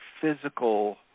physical